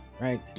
Right